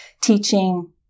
teaching